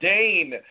Dane